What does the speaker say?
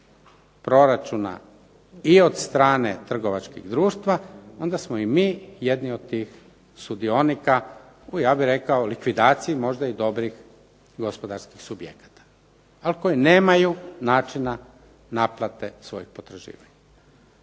proračuna i od strane trgovačkih društava onda smo i mi jedni od tih sudionika u, ja bih rekao, likvidaciji možda i dobrih gospodarskih subjekata, ali koje nemaju načina naplate svojih potraživanja.